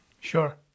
Sure